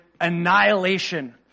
annihilation